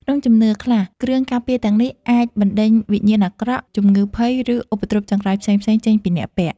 ក្នុងជំនឿខ្លះ គ្រឿងការពារទាំងនេះអាចបណ្តេញវិញ្ញាណអាក្រក់ ជំងឺភ័យ ឬឧបទ្រពចង្រៃផ្សេងៗចេញពីអ្នកពាក់។